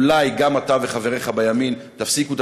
אולי גם אתה וחבריך בימין תפסיקו את